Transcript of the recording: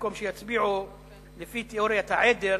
במקום שיצביעו לפי תיאוריית העדר,